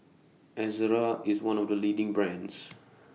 Ezerra IS one of The leading brands